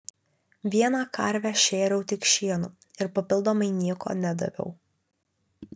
vieną karvę šėriau tik šienu ir papildomai nieko nedaviau